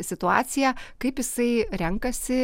situaciją kaip jisai renkasi